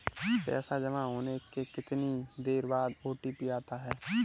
पैसा जमा होने के कितनी देर बाद ओ.टी.पी आता है?